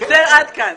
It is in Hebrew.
עד כאן.